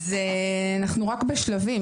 אנחנו רק בשלבים.